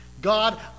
God